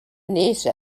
niece